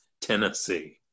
Tennessee